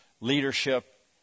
leadership